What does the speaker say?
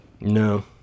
No